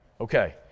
Okay